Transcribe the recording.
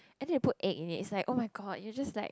and then they put egg in it it's like oh-my-god you're just like